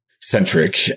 centric